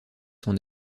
son